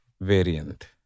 variant